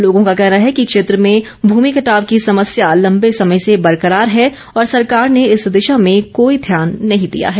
लोगों का कहना है कि क्षेत्र में भूमि कटाव की समस्या लंबे समय से बरकरार है और सरकार ने इस दिशा में कोई ध्यान नहीं दिया है